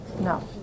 No